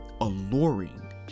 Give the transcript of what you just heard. alluring